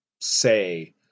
say